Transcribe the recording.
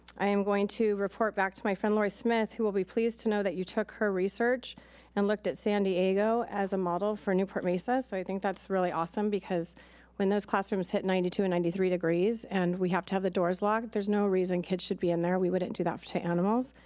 i am going to report back to my friend laurie smith, who will be pleased to know that you took her research and looked at san diego as a model for newport-mesa. so i think that's really awesome because when those classrooms hit ninety two and ninety three degrees, and we have to have the doors locked, there's no reason kids should be in there. we wouldn't do that to animals.